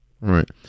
right